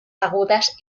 agudas